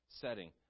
setting